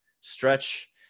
Stretch